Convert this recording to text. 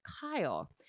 Kyle